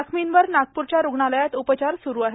जखमींवर नागपूरच्या रुग्णालयात उपचार सुरू आहेत